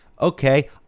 okay